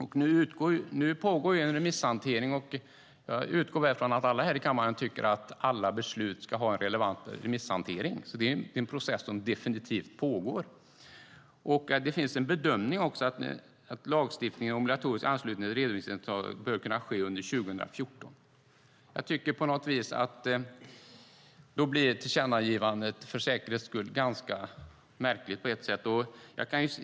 Nu pågår en remisshantering, och jag utgår från att alla här i kammaren tycker att alla beslut ska ha en relevant remisshantering. Det är en process som definitivt pågår. Det finns också en bedömning att lagstiftning om obligatorisk anslutning till redovisningscentraler bör kunna införas under 2014. Jag tycker på något vis att ett tillkännagivande för säkerhets skull då blir ganska märkligt.